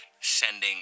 sending